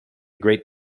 great